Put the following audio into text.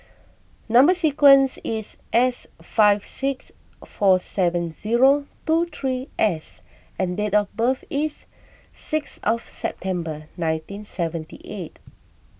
Number Sequence is S five six four seven zero two three S and date of birth is six of September nineteen seventy eight